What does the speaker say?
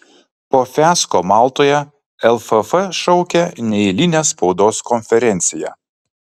po fiasko maltoje lff šaukia neeilinę spaudos konferenciją